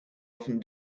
often